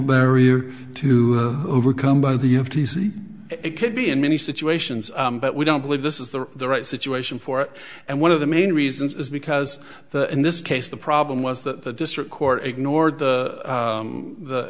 barrier to overcome by the f t c it could be in many situations but we don't believe this is the right situation for it and one of the main reasons is because in this case the problem was that the district court ignored the